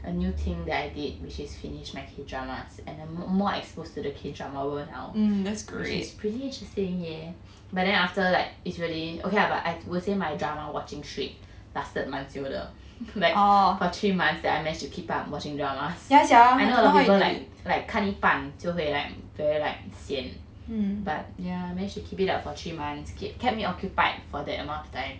a new thing that I did which is finish my K dramas and I'm more exposed to the K drama world now which is pretty interesting yeah but then after like it's really okay lah but I will say my drama watching trip lasted 蛮久的 like for three months I managed to keep watching dramas I know a lot of people like like 看一半就会 like very like sian but yeah I managed to keep it up for three months kept me occupied for that amount of time